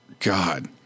God